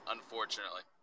Unfortunately